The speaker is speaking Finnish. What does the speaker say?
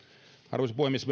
arvoisa puhemies